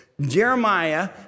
Jeremiah